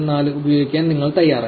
04 ഉപയോഗിക്കാൻ നിങ്ങൾ തയ്യാറായി